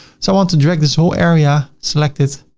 so i want to drag this whole area, select it,